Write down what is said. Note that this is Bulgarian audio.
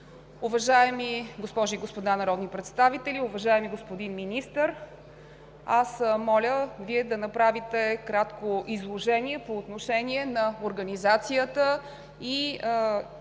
Уважаеми госпожи и господа народни представители, уважаеми господин Министър! Аз моля Вие да направите кратко изложение по отношение на организацията и